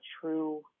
true